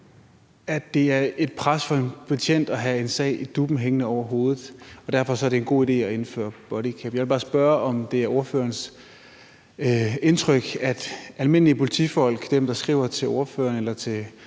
at det er et pres for en betjent at have en sag i DUP'en hængende over hovedet, og at det derfor er en god idé at indføre bodycam. Jeg vil bare spørge, om det er ordførerens indtryk, at de almindelige betjente ude på gaden – dem, der skriver til ordføreren eller til